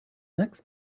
next